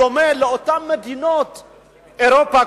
בדומה לאותן מדינות באירופה,